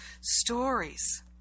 stories